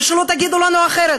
ושלא תגידו לנו אחרת,